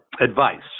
advice